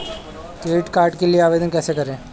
Credit card के लिए आवेदन कैसे करें?